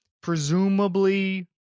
presumably